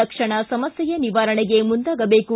ತಕ್ಷಣ ಸಮಸ್ಥೆಯ ನಿವಾರಣೆಗೆ ಮುಂದಾಗದೇಕು